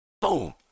boom